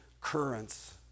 currents